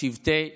שבטי ישראל,